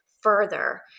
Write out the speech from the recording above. further